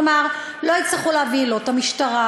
כלומר לא יצטרכו להביא לא את המשטרה,